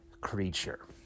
creature